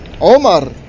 Omar